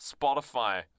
Spotify